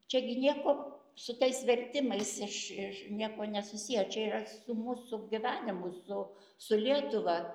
čia gi nieko su tais vertimais iš iš niekuo nesusiję o čia yra su mūsų gyvenimu su su lietuva